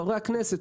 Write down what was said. חברי הכנסת,